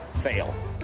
fail